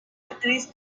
actriz